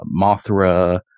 Mothra